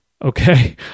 Okay